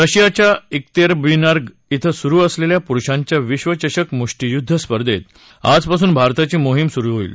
रशियाच्या क्रितेरनिबर्ग क्रि सुरू असलेल्या पुरुषांच्या विश्वचषक मुष्टीयुद्ध स्पर्धेत आज पासून भारताची मोहिम सुरू होईल